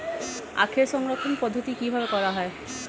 আখের সংরক্ষণ পদ্ধতি কিভাবে করা হয়?